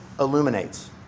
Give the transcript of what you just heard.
illuminates